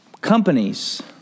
Companies